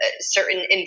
certain